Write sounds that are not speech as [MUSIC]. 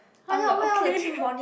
I'm like okay [LAUGHS]